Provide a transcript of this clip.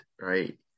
right